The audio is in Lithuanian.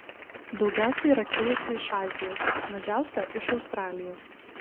daugiausiai yra kilusių iš azijos mažiausia iš australijos